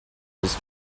was